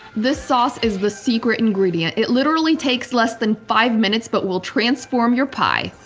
this sauce is the secret ingredient. it literally takes less than five minutes but will transform your pie.